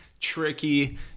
tricky